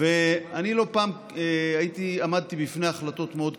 לא פעם עמדתי בפני החלטות מאוד קשות.